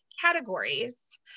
categories